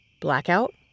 Blackout